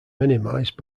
minimized